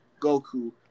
Goku